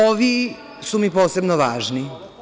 Ovi su mi posebno važni.